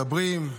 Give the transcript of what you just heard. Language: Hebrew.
מדברים,